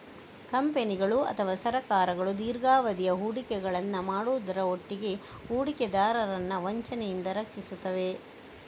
ಕಂಪನಿಗಳು ಅಥವಾ ಸರ್ಕಾರಗಳು ದೀರ್ಘಾವಧಿಯ ಹೂಡಿಕೆಗಳನ್ನ ಮಾಡುದ್ರ ಒಟ್ಟಿಗೆ ಹೂಡಿಕೆದಾರರನ್ನ ವಂಚನೆಯಿಂದ ರಕ್ಷಿಸ್ತವೆ